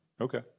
Okay